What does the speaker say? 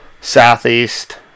Southeast